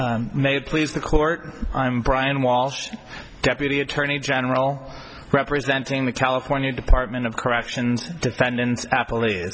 it please the court i'm brian walsh deputy attorney general representing the california department of corrections defendants app